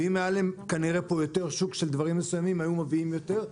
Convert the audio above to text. ואם היה להם כנראה יותר שוק של דברים מסוימים פה הם היו מביאים יותר.